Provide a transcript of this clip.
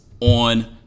on